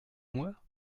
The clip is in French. moi